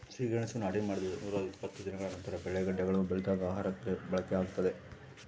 ಸಿಹಿಗೆಣಸು ನಾಟಿ ಮಾಡಿದ ನೂರಾಇಪ್ಪತ್ತು ದಿನಗಳ ನಂತರ ಬೆಳೆ ಗೆಡ್ಡೆಗಳು ಬಲಿತಾಗ ಆಹಾರಕ್ಕೆ ಬಳಕೆಯಾಗ್ತದೆ